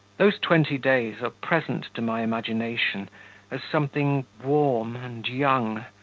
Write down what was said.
those twenty days are present to my imagination as something warm, and young,